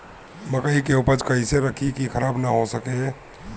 मकई के उपज कइसे रखी की खराब न हो सके?